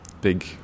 big